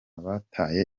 bataye